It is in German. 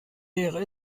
wäre